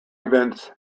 events